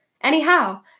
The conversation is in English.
Anyhow